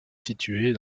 située